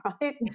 right